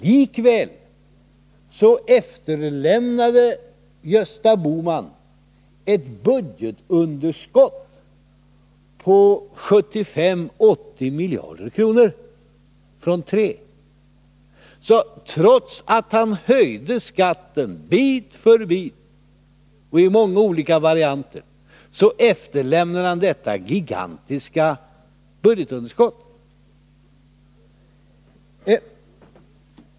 Likväl efterlämnade Gösta Bohman ett budgetunderskott på 75-80 miljarder kronor — en ökning från 3. Trots att han höjde skatten bit för bit och i många olika varianter efterlämnar han detta gigantiska budgetunderskott.